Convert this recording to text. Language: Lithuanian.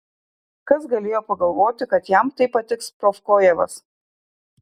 kas galėjo pagalvoti kad jam taip patiks prokofjevas